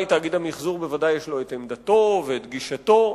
תאגיד המיחזור בוודאי יש לו את עמדתו ואת גישתו.